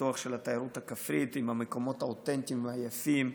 הפיתוח של התיירות הכפרית עם המקומות האותנטיים והיפים,